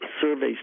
surveys